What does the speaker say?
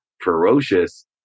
ferocious